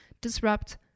disrupt